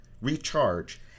recharge